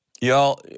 y'all